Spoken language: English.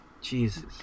Jesus